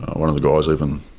one of the guys even,